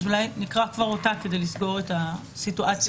אז אולי נקרא אותה כדי לסגור את הסיטואציה.